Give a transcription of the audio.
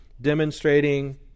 demonstrating